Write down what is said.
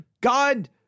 God